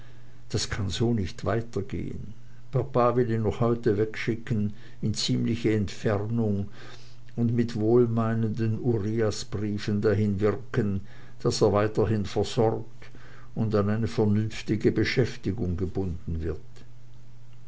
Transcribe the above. das kann so nicht weitergehen papa will ihn heute noch wegschicken in ziemliche entfernung und mit wohlmeinenden uriasbriefen dahin wirken daß er weiterhin versorgt und an eine vernünftige beschäftigung gebunden wird